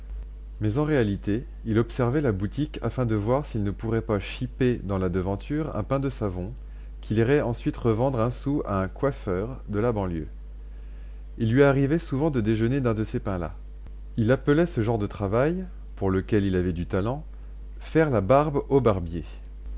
mais en réalité il observait la boutique afin de voir s'il ne pourrait pas chiper dans la devanture un pain de savon qu'il irait ensuite revendre un sou à un coiffeur de la banlieue il lui arrivait souvent de déjeuner d'un de ces pains là il appelait ce genre de travail pour lequel il avait du talent faire la barbe